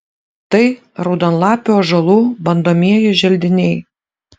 tai raudonlapių ąžuolų bandomieji želdiniai